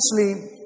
essentially